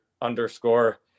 underscore